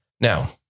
Now